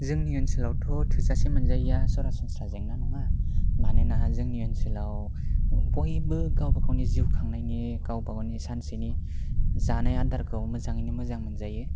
जोंनि ओनसोलावथ' थोजासे मोनजायैआ सरासंस्रा जेंना नङा मानोना जोंनि ओनसोलाव बयबो गावबागावनि जिउ खांनायनि गावबागावनि सानसेनि जानाय आदारखौ मोजाङैनो मोजां मोनजायो